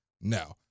No